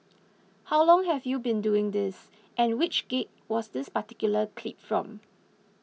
how long have you been doing this and which gig was this particular clip from